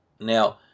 Now